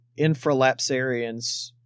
infralapsarians